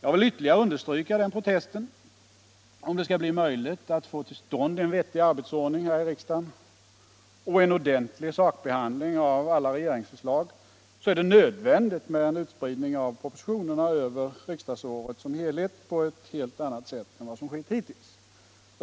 Jag vill ytterligare understryka den protesten. Om det skall bli möjligt att få till stånd en vettig arbetsordning i riksdagen och en ordentlig sakbehandling av alla regeringsförslag så är det nödvändigt med en utspridning av propositionerna över riksdagsåret som helhet på ett helt annat sätt än vad som skett hittills.